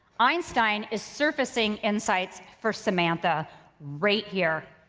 einstein is surfacing insights for samantha right here.